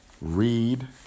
Read